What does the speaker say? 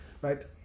Right